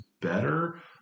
better